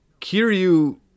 Kiryu